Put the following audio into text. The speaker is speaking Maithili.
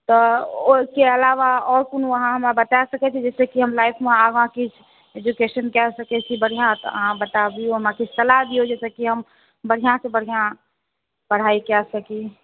तऽ ओहिके अलावा आओर कोनो अहाँ हमरा बता सकै छी जाहिसँ कि हम लाइफमे आगाँ किछु एजुकेशन कय सकै छी बढ़िऑं तऽ अहाँ बता दिअ हमरा किछु सलाह दियौ जाहिसँ कि हम बढ़िऑं से बढ़िऑं पढ़ाई कय सकी